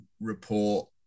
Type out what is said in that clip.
report